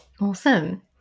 Awesome